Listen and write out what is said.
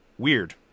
weird